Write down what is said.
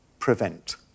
Prevent